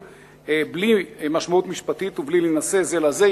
בעלי משמעות משפטית בלי להינשא זה לזה,